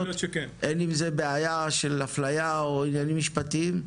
אין עם זה בעיה של אפליה או עניינים משפטיים?